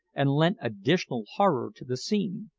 and lent additional horror to the scene.